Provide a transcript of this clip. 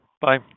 Bye